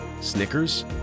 Snickers